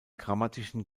grammatischen